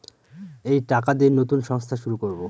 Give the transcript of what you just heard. এই টাকা দিয়ে নতুন সংস্থা শুরু করবো